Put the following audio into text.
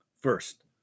First